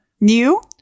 New